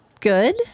good